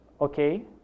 Okay